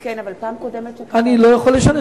אני לא יכול לשנות.